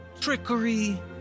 trickery